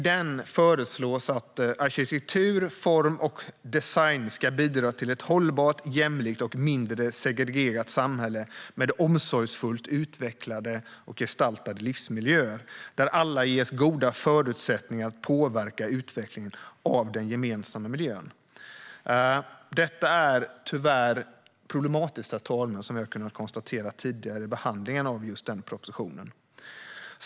Där föreslås att "arkitektur, form och design ska bidra till ett hållbart, jämlikt och mindre segregerat samhälle med omsorgsfullt gestaltade livsmiljöer, där alla ges goda förutsättningar att påverka utvecklingen av den gemensamma miljön." Detta är tyvärr problematiskt, som vi har kunnat konstatera tidigare i behandlingen av just den propositionen.